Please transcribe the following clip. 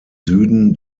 süden